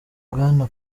bwana